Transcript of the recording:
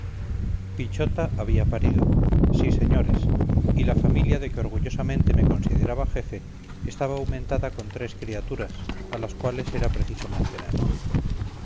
pichota había parido sí señores y la familia de que orgullosamente me consideraba jefe estaba aumentada con tres criaturas a las cuales era preciso mantener